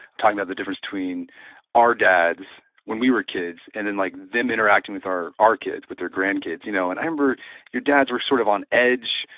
talking about the difference between our dads when we were kids, and then like them interacting with our our kids, with their grandkids. you know and i remember your dads were sort of on edge,